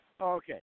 Okay